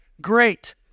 Great